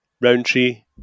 Roundtree